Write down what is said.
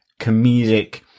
comedic